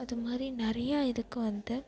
அதை மாதிரி நிறையா இதுக்கு வந்து